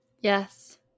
Yes